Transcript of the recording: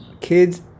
kids